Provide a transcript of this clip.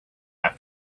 have